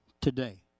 today